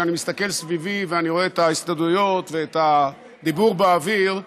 כשאני מסתכל סביבי ואני רואה את ההסתודדויות ואת הדיבור באוויר,